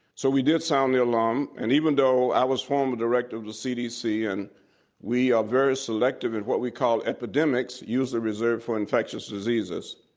so we did sound the alarm, and even though i was former director of the cdc and we are very selective at what we call epidemics, usually reserved for infectious diseases,